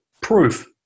proof